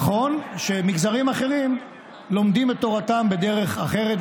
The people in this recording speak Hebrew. נכון שמגזרים אחרים לומדים את תורתם בדרך אחרת,